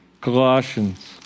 Colossians